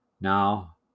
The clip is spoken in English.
Now